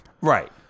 Right